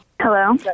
Hello